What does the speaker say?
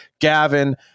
gavin